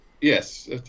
Yes